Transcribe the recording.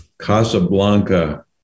Casablanca